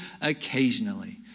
occasionally